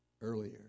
earlier